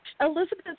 Elizabeth